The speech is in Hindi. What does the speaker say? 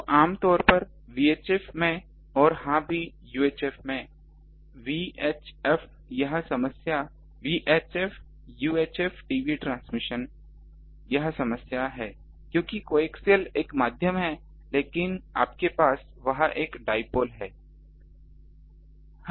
तो आम तौर पर VHF में और हां भी UHF VHF यह समस्या VHF UHF टीवी ट्रांसमिशन यह समस्या है क्योंकि कोएक्सियल एक माध्यम है लेकिन आपके पास वहां एक डाइपोल है